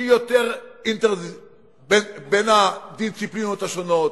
שהיא יותר בין הדיסציפלינות השונות,